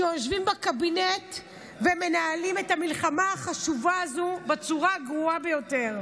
שיושבים בקבינט ומנהלים את המלחמה החשובה הזאת בצורה הגרועה ביותר.